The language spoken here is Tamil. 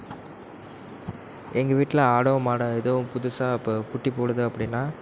எங்கள் வீட்டில் ஆடோ மாடோ எதுவும் புதுசாக இப்போ குட்டி போடுது அப்படினா